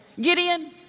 Gideon